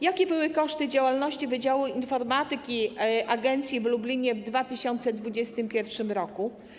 Jakie były koszty działalności wydziału informatyki agencji w Lublinie w 2021 r.